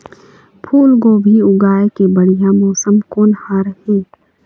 फूलगोभी उगाए के बढ़िया मौसम कोन हर ये?